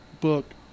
book